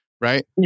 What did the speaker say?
right